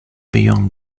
beyond